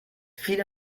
viele